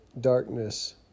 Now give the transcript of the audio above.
darkness